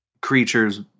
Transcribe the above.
creature's